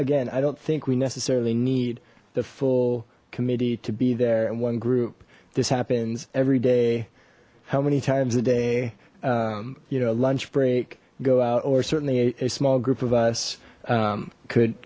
again i don't think we necessarily need the full committee to be there and one group this happens every day how many times a day you know lunch break go out or certainly a small group of us could